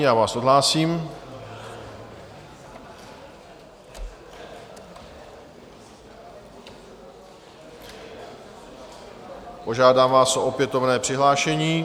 Já vás odhlásím, požádám vás o opětovné přihlášení.